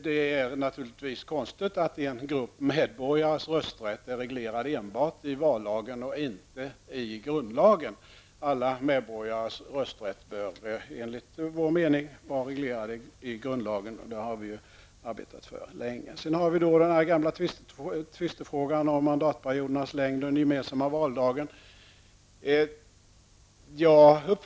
Det är naturligtvis konstigt att en grupp medborgares rösträtt är reglerad enbart i vallagen och inte i grundlagen. Alla medborgares rösträtt bör enligt vår mening vara reglerad i grundlagen. Det har vi arbetat för länge. Frågan om mandatperiodernas längd och en gemensam valdag är gamla tvistefrågor.